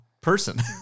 person